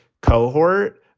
cohort